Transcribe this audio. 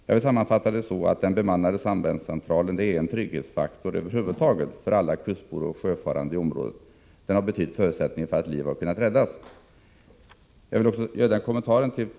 Jag vill sammanfatta det så att den bemannade sambandscentralen är en trygghetsfaktor över huvud taget för alla kustbor och sjöfarande i området. Den har betytt förutsättningen för att liv har kunnat räddas.